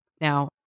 Now